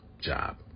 job